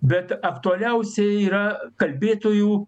bet aktualiausiai yra kalbėtojų